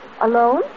Alone